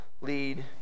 lead